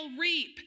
reap